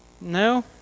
No